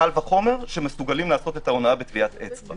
קל וחומר שמסוגלים לעשות את ההונאה בטביעת אצבע.